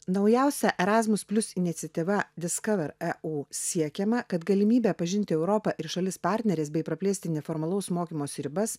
naujausia erasmus plius iniciatyva diskaver eu siekiama kad galimybė pažinti europą ir šalis partneres bei praplėsti neformalaus mokymosi ribas